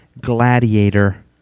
Gladiator